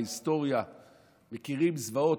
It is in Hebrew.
בהיסטוריה אנחנו מכירים זוועות,